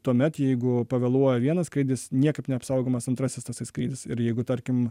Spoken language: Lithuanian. tuomet jeigu pavėluoja vienas skrydis niekaip neapsaugomas antrasis tasai skrydis ir jeigu tarkim